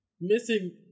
missing